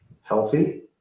healthy